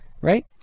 right